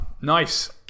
Nice